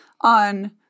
on